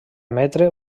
emetre